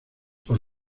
por